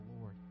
Lord